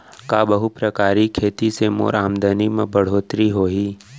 का बहुप्रकारिय खेती से मोर आमदनी म बढ़होत्तरी होही?